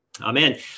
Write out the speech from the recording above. Amen